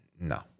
No